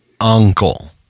uncle